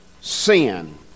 sin